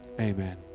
Amen